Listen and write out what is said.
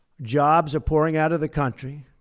jobs are pouring out of the country.